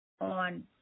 on